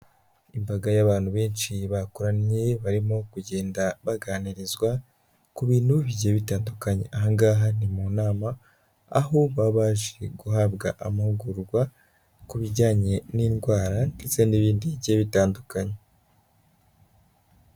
Imbaga y'abantu benshi bakoraniranye barimo kugenda baganirizwa ku bintu bigiye bitandukanye, ahangaha ni mu nama aho babaje guhabwa amahugurwa ku bijyanye n'indwara ndetse n'ibindi bigiye bitandukanye.